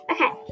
Okay